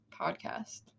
podcast